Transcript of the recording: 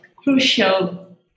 Crucial